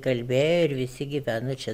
kalbėjo ir visi gyveno čia